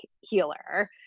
healer